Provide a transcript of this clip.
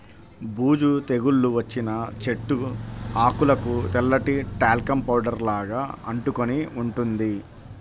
బూజు తెగులు వచ్చిన చెట్టు ఆకులకు తెల్లటి టాల్కమ్ పౌడర్ లాగా అంటుకొని ఉంటుంది